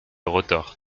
rotor